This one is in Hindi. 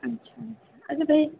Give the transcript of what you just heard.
अच्छा